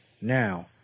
Now